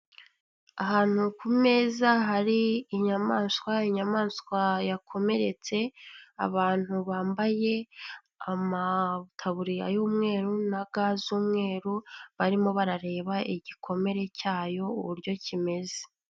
Ahantu ku meza hari inyamanswa inyamanswa yakomeretse, abantu bambaye amataburiya y'umweru na ga z'umweru barimo barareba igikomere cyayo uburyo kimeze.